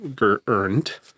earned